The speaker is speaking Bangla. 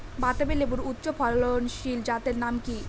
বাতাবি লেবুর উচ্চ ফলনশীল জাতের নাম কি?